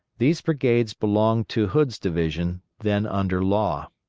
these brigades belonged to hood's division, then under law.